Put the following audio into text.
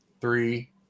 three